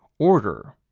order,